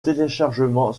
téléchargement